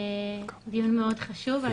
זה דיון מאוד חשוב.